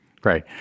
great